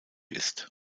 ist